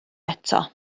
eto